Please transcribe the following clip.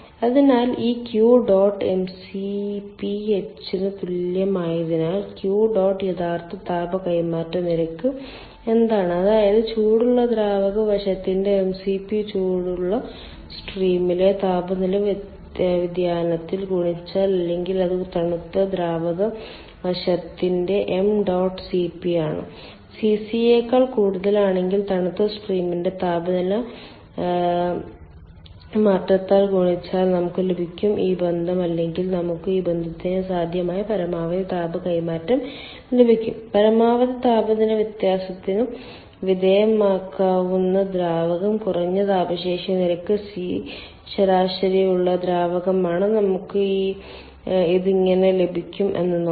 അതിനാൽ ഈ Q dot mcp h ന് തുല്യമായതിനാൽ Q ഡോട്ട് യഥാർത്ഥ താപ കൈമാറ്റ നിരക്ക് എന്താണ് അതായത് ചൂടുള്ള ദ്രാവക വശത്തിന്റെ mcp ചൂടുള്ള സ്ട്രീമിലെ താപനില വ്യതിയാനത്താൽ ഗുണിച്ചാൽ അല്ലെങ്കിൽ അത് തണുത്ത ദ്രാവക വശത്തിന്റെ m dot Cp ആണ് Cc യേക്കാൾ കൂടുതലാണെങ്കിൽ തണുത്ത സ്ട്രീമിന്റെ താപനില മാറ്റത്താൽ ഗുണിച്ചാൽ നമുക്ക് ലഭിക്കും ഈ ബന്ധം അല്ലെങ്കിൽ നമുക്ക് ഈ ബന്ധത്തിന് സാധ്യമായ പരമാവധി താപ കൈമാറ്റം ലഭിക്കും പരമാവധി താപനില വ്യത്യാസത്തിന് വിധേയമായേക്കാവുന്ന ദ്രാവകം കുറഞ്ഞ താപ ശേഷി നിരക്ക് C ശരാശരി ഉള്ള ദ്രാവകമാണ് നമുക്ക് ഇത് എങ്ങനെ ലഭിക്കും എന്ന് നോക്കാം